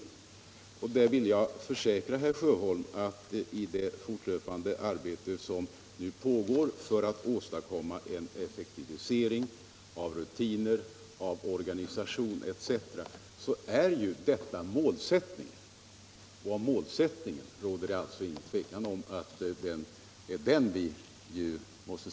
Därför vill jag försäkra herr Sjöholm att detta är målsättningen för det pågående arbetet med att effektivisera rutiner, organisation etc.